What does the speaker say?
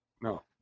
No